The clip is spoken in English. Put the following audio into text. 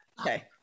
Okay